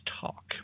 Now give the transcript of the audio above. talk